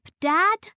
Dad